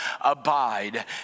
abide